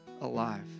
alive